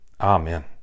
Amen